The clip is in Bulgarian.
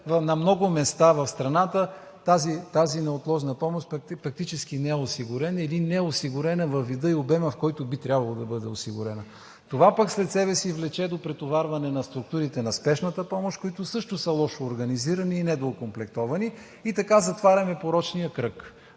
на много места в страната тази неотложна помощ практически не е осигурена или не е осигурена във вида и обема, в който би трябвало да бъде осигурена. Това пък след себе си влече до претоварване на структурите на Спешната помощ, които също са лошо организирани и недоокомплектовани, и така затваряме порочния кръг.